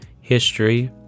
history